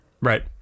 Right